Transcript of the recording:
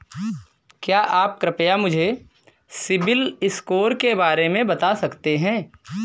क्या आप कृपया मुझे सिबिल स्कोर के बारे में बता सकते हैं?